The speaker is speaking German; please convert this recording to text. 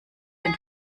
den